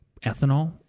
ethanol